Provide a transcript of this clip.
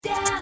Down